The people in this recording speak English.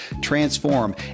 transform